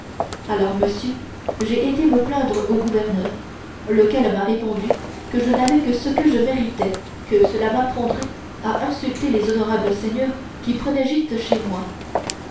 alors monsieur j'ai été me plaindre au gouverneur lequel m'a répondu que je n'avais que ce que je méritais et que cela m'apprendrait à insulter les honorables seigneurs qui prenaient gîte chez moi